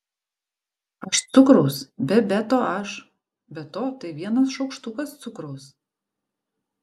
aš cukraus be be to aš be to tai vienas šaukštukas cukraus